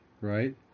right